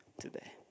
today